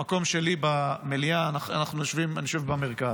המקום שלי במליאה, אנחנו יושבים, אני יושב במרכז.